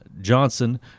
Johnson